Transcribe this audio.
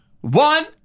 one